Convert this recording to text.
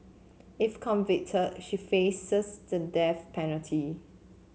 if convicted she faces the death penalty